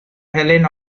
helen